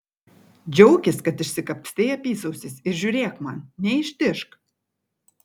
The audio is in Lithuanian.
džiaukis kad išsikapstei apysausis ir žiūrėk man neištižk